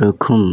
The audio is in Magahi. दखुम?